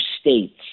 states